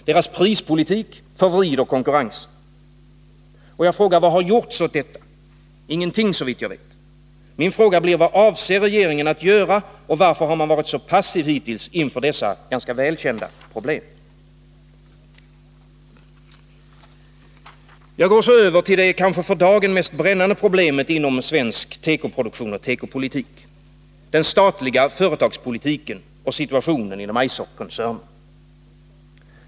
Deras prispolitik förvrider konkurrensen. Vad har gjorts åt detta? Ingenting, såvitt jag vet. Min fråga blir: Vad avser regeringen att göra, och varför har man varit så passiv hittills inför dessa ganska välkända problem? Jag går så över till det kanske för dagen mest brännande problemet inom svensk tekoproduktion och tekopolitik — den statliga företagspolitiken och situationen inom Eiserkoncernen.